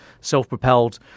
self-propelled